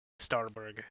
Starberg